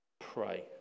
pray